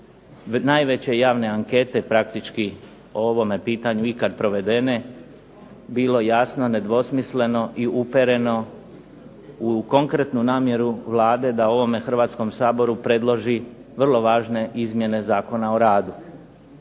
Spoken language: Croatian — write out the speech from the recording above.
najveće javne ankete, praktički o ovome pitanju ikad provedene, bilo jasno nedvosmisleno i upereno u konkretnu namjeru Vlade da ovome Hrvatskom saboru predloži vrlo važne izmjene Zakona o radu.